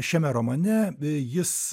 šiame romane jis